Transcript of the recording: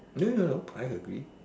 no no no I agree